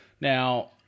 Now